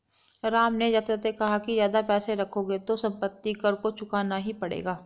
राम ने जाते जाते कहा कि ज्यादा पैसे रखोगे तो सम्पत्ति कर तो चुकाना ही पड़ेगा